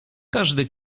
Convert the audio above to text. każdy